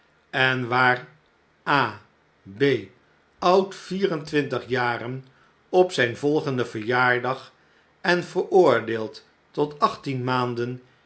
en waar a b oud vier en twintig jaren op zijn volgendenverjaardag en veroordeeld tot achttien maanden